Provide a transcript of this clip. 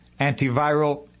antiviral